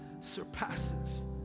surpasses